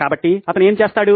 కాబట్టి అతను ఏమి చేస్తాడు